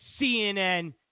CNN